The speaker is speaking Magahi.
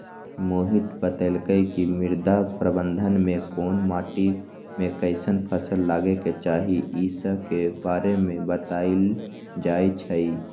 मोहित बतलकई कि मृदा प्रबंधन में कोन माटी में कईसन फसल लगे के चाहि ई स के बारे में बतलाएल जाई छई